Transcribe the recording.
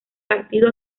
partido